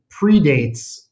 predates